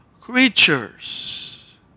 creatures